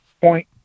point